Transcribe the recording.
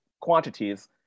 quantities